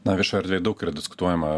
na viešoj erdvėj daug yra diskutuojama